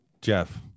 Jeff